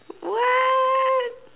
what